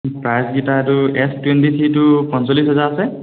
প্ৰাইচকিটা এইটো S twenty থ্ৰীটো পঞ্চল্লিছ হাজাৰ আছে